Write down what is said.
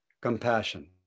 compassion